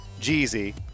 jeezy